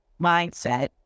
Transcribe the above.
mindset